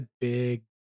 big